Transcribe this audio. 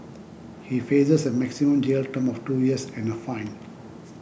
he faces a maximum jail term of two years and a fine